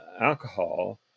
alcohol